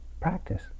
practice